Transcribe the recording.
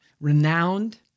renowned